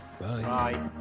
Bye